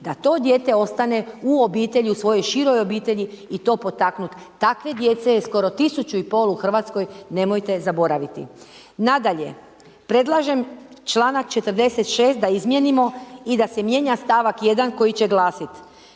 da to dijete ostane u obitelji, u svojoj široj obitelji i to potaknuti. Takve je djece skoro 1500 u RH, nemojte zaboraviti. Nadalje, predlažem čl. 46. da izmijenimo i da se mijenja st. 1. koji će glasiti,